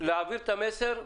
להעביר את המסר,